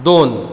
दोन